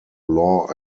law